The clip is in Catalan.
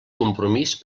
compromís